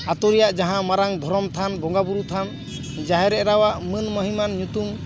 ᱟᱛᱳ ᱨᱮᱭᱟᱜ ᱡᱟᱦᱟᱸ ᱢᱟᱨᱟᱝ ᱫᱷᱚᱨᱚᱢ ᱛᱷᱟᱱ ᱵᱚᱸᱜᱟ ᱵᱳᱨᱳ ᱛᱷᱟᱱ ᱡᱟᱦᱮᱨ ᱮᱨᱟᱣᱟᱜ ᱢᱟᱹᱱ ᱢᱚᱦᱤᱢᱟᱱ ᱧᱩᱛᱩᱢ